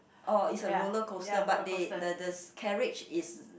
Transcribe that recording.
orh is a roller coaster but they the the carriage is